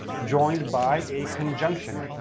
joined by a conjunction.